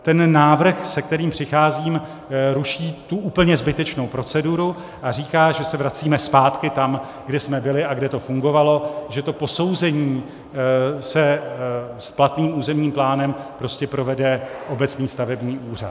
Ten návrh, se kterým přicházím, ruší tu úplně zbytečnou proceduru a říká, že se vracíme zpátky tam, kde jsme byli a kde to fungovalo, že to posouzení s platným územním plánem prostě provede obecný stavební úřad.